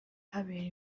habera